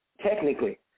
technically